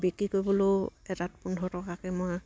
বিক্ৰী কৰিবলৈও এটাত পোন্ধৰ টকাকে মই